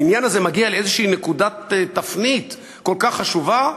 העניין הזה מגיע לאיזו נקודת תפנית כל כך חשובה,